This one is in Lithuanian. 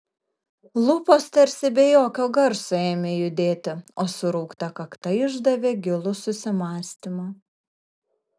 lūpos tarsi be jokio garso ėmė judėti o suraukta kakta išdavė gilų susimąstymą